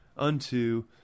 unto